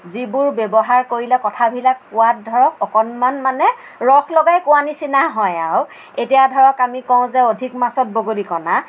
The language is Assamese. যিবোৰ ব্যৱহাৰ কৰিলে কথাবিলাক কোৱাত ধৰক অকণমান মানে ৰস লগাই কোৱাৰ নিচিনা হয় আৰু এতিয়া ধৰক আমি কওঁ যে অধিক মাছত বগলী কণা